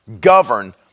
govern